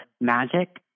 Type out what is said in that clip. magic